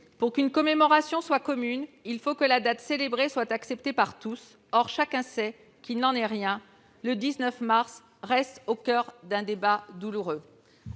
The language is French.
Pour qu'une commémoration soit commune, il faut que la date célébrée soit acceptée par tous. Or chacun sait qu'il n'en est rien, le 19 mars reste au coeur d'un débat douloureux.